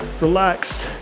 relaxed